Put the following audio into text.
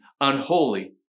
unholy